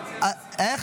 איך?